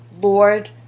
Lord